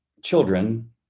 children